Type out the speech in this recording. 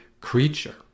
creature